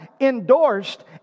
endorsed